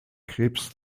krebs